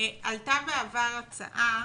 עלתה בעבר הצעה